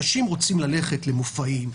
אנשים רוצים ללכת למופעים,